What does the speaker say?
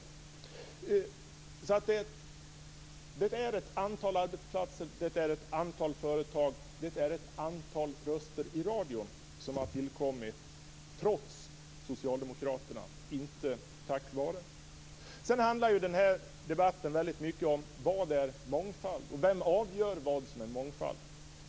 Det handlar om ett antal arbetsplatser, ett antal företag och ett antal röster i radion som har tillkommit - trots socialdemokraterna, inte tack vare dem. Den här debatten handlar väldigt mycket om vad mångfald är. Vem avgör vad som är mångfald?